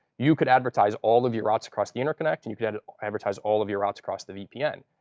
you could advertise all of your routes across the interconnect. and you could and advertise all of your routes across the vpn.